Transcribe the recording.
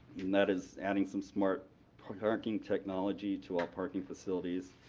and that is adding some smart parking technology to our parking facilities,